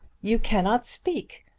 you cannot speak.